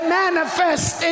manifest